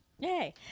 Yay